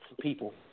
people